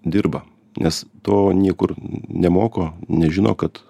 dirba nes to niekur nemoko nežino kad